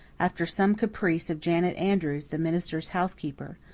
after some caprice of janet andrews, the minister's housekeeper,